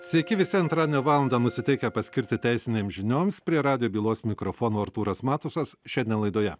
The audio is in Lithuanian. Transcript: sveiki visi antradienio valandą nusiteikę paskirti teisinėm žinioms prie radijo bylos mikrofono artūras matusas šiandien laidoje